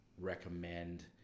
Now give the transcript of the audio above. recommend